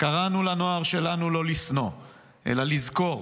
קראנו לנוער שלנו לא לשנוא אלא לזכור